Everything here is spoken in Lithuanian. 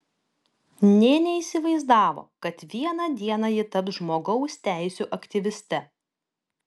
nė neįsivaizdavo kad vieną dieną ji taps žmogaus teisių aktyviste